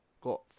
got